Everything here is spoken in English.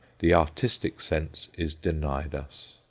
the artistic sense is denied us.